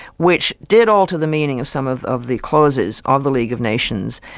which did alter the meaning of some of of the clauses of the league of nations.